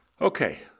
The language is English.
Okay